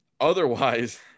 Otherwise